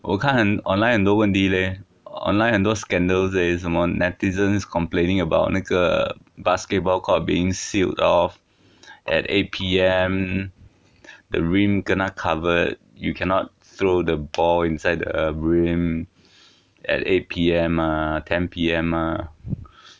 我看很 online 很多问题 leh online 很多 scandals leh 什么 netizens complaining about 那个 basketball court being sealed off at eight P_M the rim kena covered you cannot throw the ball inside the rim at eight P_M ah ten P_M ah